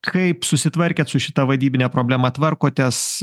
kaip susitvarkėt su šita vadybine problema tvarkotės